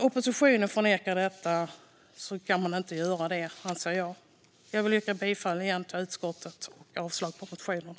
Oppositionen förnekar detta, men det kan man inte göra, anser jag. Jag vill återigen yrka bifall till utskottets förslag och avslag på motionerna.